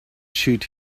shoot